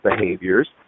behaviors